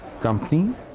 company